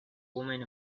woman